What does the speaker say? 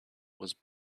was